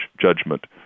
judgment